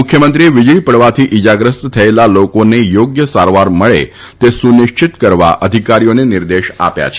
મુખ્યમંત્રીએ વીજળી પડવાથી ઈજાગ્રસ્ત થયેલા લોકોને થોગ્ય સારવાર મળે તે સુનિશ્ચિત કરવા અધિકારીઓને નિર્દેશ આપ્યા છે